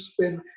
spend